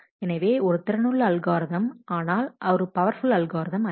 எனவே ஒரு திறனுள்ள அல்காரிதம் ஆனால் அது ஒரு பவர்ஃபுல் அல்காரிதம் அல்ல